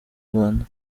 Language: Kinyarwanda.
rwanda